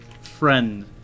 friend